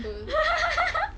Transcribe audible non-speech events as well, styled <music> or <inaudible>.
<laughs>